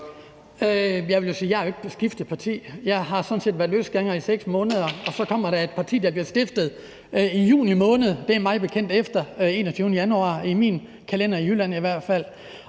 Jeg vil jo sige, at jeg ikke har skiftet parti. Jeg har sådan set været løsgænger i 6 måneder, og så bliver der stiftet et parti i juni måned – det er mig bekendt efter den 21. januar, i hvert fald